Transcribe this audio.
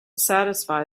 satisfy